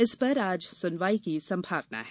इस पर आज सुनवाई की संभावना है